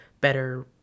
better